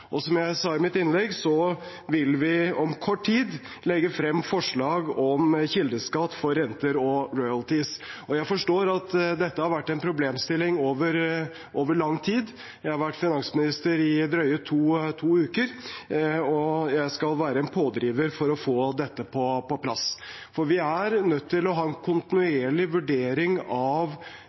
Og som jeg sa i mitt innlegg, vil vi om kort tid legge frem forslag om kildeskatt for renter og royalties. Jeg forstår at dette har vært en problemstilling over lang tid. Jeg har vært finansminister i drøye to uker, og jeg skal være en pådriver for å få dette på plass. Vi er nødt til å ha en kontinuerlig vurdering av